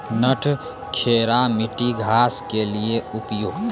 नटखेरा मिट्टी घास के लिए उपयुक्त?